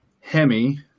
Hemi